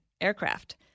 aircraft